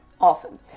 Awesome